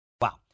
Wow